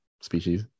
species